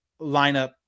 lineup